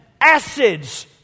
acids